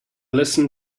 listen